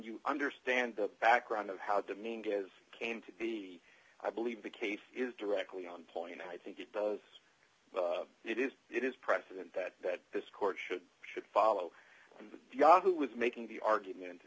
you understand the background of how the meaning is came to be i believe the case is directly on point and i think it does it is it is precedent that that this court should should follow and yahoo with making the argument